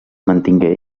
mantingué